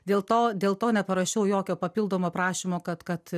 dėl to dėl to neparašiau jokio papildomo prašymo kad kad